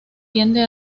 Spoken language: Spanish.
tiende